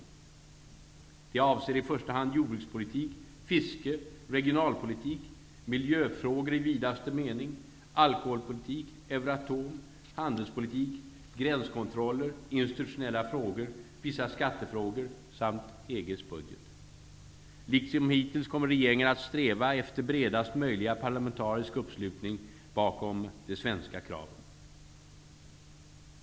De avser i första hand jordbrukspolitik, fiske, regionalpolitik, miljöfrågor i vidaste mening, alkoholpolitik, Euratom, handelspolitik, gränskontroller, institutionella frågor, vissa skattefrågor samt EG:s budget. Liksom hittills kommer regeringen att sträva efter bredast möjliga parlamentariska uppslutning bakom de svenska kraven.